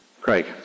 Craig